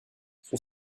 son